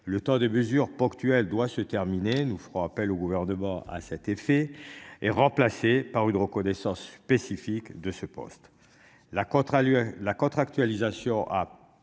Le temps des mesures ponctuelles doit se terminer nous ferons appel au gouvernement, à cet effet et remplacée par une reconnaissance spécifique de ce poste-là contrat le la